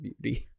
beauty